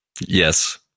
Yes